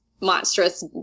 monstrous